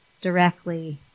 directly